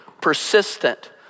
persistent